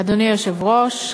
אדוני היושב-ראש,